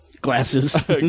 Glasses